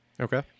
Okay